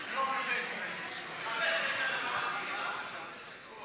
היושב-ראש, בעצמך